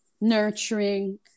nurturing